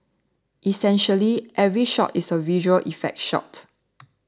essentially every other shot is a visual effect shot